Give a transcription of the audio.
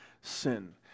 sin